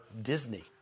Disney